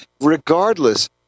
regardless